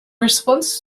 response